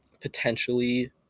potentially